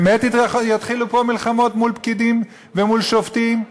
באמת יתחילו פה מלחמות מול פקידים ומול שופטים?